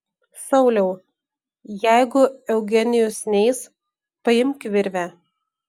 sauliau jeigu eugenijus neis paimk virvę